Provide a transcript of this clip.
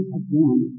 again